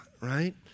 right